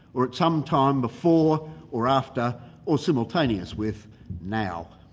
or at some time before or after or simultaneous with now.